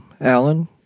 alan